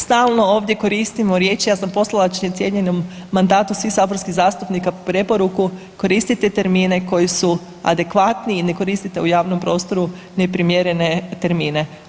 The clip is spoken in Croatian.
Stalno ovdje koristimo riječi, ja sam postala cijenjenom mandatu svih saborskih zastupnika preporuku koristite termine koji su adekvatni i ne koristite u javnom prostoru neprimjerene termine.